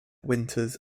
winters